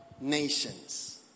nations